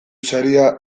saria